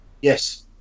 yes